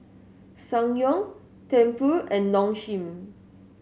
Ssangyong Tempur and Nong Shim